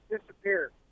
disappeared